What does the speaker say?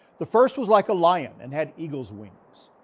the first was like a lion, and had eagle's wings.